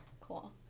cool